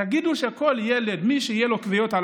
תגידו לכל ילד שמי שיהיו לו כוויות על